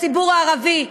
הציבור הערבי,